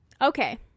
okay